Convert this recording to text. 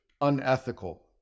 unethical